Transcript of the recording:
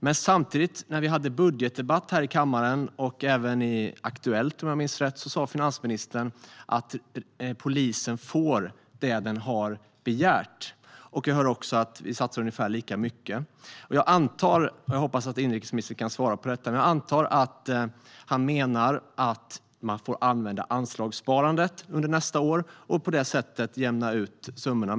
Men när vi hade budgetdebatt här i kammaren, och även i Aktuellt om jag minns rätt, sa finansministern att polisen får det den har begärt. Jag hör också att vi satsar ungefär lika mycket. Jag antar, och jag hoppas att inrikesministern kan svara på detta, att han menar att man får använda anslagssparandet under nästa år och på det sättet jämna ut summorna.